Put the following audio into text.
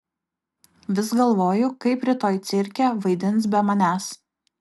vis galvoju kaip rytoj cirke vaidins be manęs